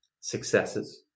successes